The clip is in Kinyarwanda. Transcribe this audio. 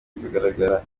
bigaragara